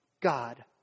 god